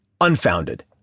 unfounded